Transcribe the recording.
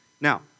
Now